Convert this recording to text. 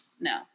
No